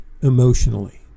emotionally